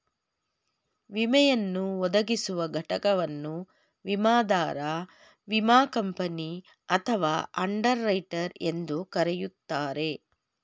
ವಿಮೆಯನ್ನು ಒದಗಿಸುವ ಘಟಕವನ್ನು ವಿಮಾದಾರ ವಿಮಾ ಕಂಪನಿ ಅಥವಾ ಅಂಡರ್ ರೈಟರ್ ಎಂದು ಕರೆಯುತ್ತಾರೆ